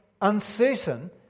uncertain